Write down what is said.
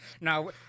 Now